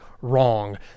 wrong